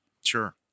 Sure